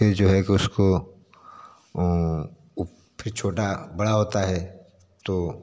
फिर जो है कि उसको फिर छोटा बड़ा होता है तो